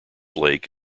lake